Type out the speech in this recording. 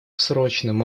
срочным